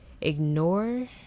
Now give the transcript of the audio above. ignore